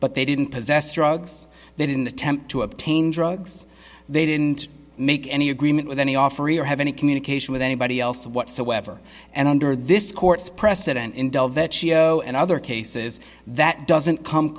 but they didn't possess drugs they didn't attempt to obtain drugs they didn't make any agreement with any offering or have any communication with anybody else whatsoever and under this court's precedent in cio and other cases that doesn't come